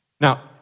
Now